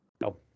No